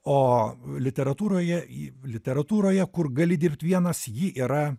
o literatūroje į literatūroje kur gali dirbt vienas ji yra